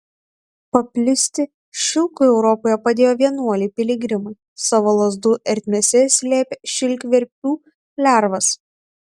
paplisti šilkui europoje padėjo vienuoliai piligrimai savo lazdų ertmėse slėpę šilkverpių lervas